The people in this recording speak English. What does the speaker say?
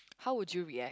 how would you react